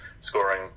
scoring